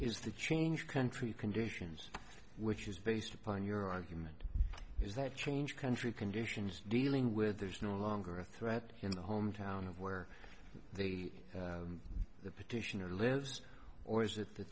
is the change country conditions which is based upon your argument is that change country conditions dealing with there's no longer a threat in the home town of where the petitioner lives or is it the